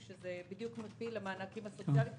אנחנו אמורים להצביע עכשיו על תקנות מס רכוש וקרן